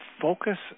focus